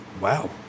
Wow